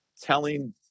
telling